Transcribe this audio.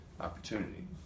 opportunity